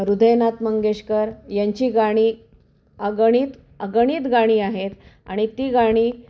हृदयनाथ मंगेशकर यांची गाणी अगणित अगणित गाणी आहेत आणि ती गाणी